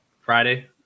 Friday